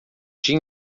dia